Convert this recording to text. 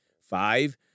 Five